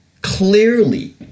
Clearly